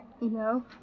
No